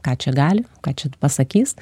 ką čia gali ką čia pasakys